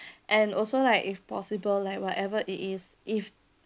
and also like if possible like whatever it is if